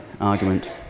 argument